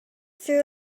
threw